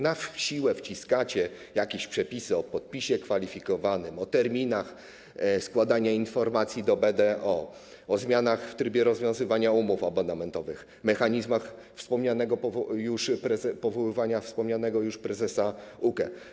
Na siłę wciskacie jakieś przepisy o podpisie kwalifikowanym, o terminach składania informacji do BDO, o zmianach w trybie rozwiązywania umów abonamentowych, mechanizmach powoływania wspomnianego już prezesa UKE.